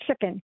chicken